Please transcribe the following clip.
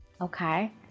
Okay